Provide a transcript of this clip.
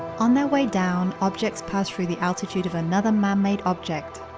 on their way down, objects pass through the altitude of another manmade object,